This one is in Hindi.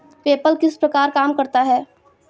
पेपल किस प्रकार काम करता है?